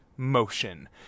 motion